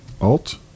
Alt